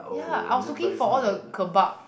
ya I was looking for all the kebab